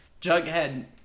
Jughead